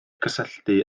cysylltu